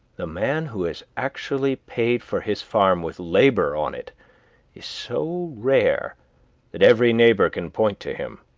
the man who has actually paid for his farm with labor on it is so rare that every neighbor can point to him.